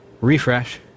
Refresh